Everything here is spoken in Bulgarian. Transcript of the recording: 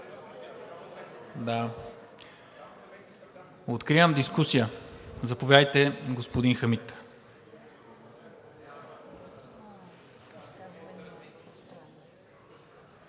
Откривам дискусията. Заповядайте, господин Хамид.